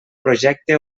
projecte